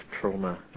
trauma